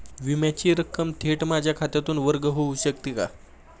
विम्याची रक्कम थेट माझ्या खात्यातून वर्ग होऊ शकते का?